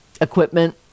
equipment